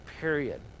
period